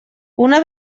una